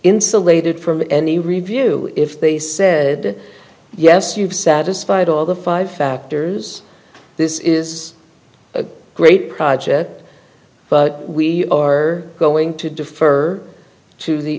insulated from any review if they said yes you've satisfied all the five factors this is a great project but we are going to defer to the